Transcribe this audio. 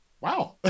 Wow